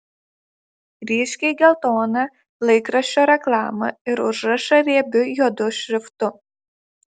ryškiai geltoną laikraščio reklamą ir užrašą riebiu juodu šriftu